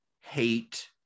hate